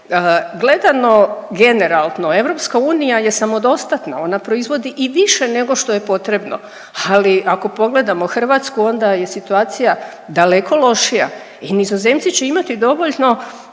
Gledano generalno EU je samodostatna, ona proizvodi i više nego što je potrebno, ali ako pogledamo Hrvatsku onda je situacija daleko lošija i Nizozemci će imati dovoljno